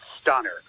stunner